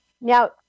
Now